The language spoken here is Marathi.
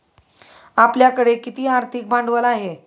आपल्याकडे किती आर्थिक भांडवल आहे?